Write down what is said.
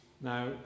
Now